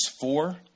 four